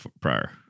prior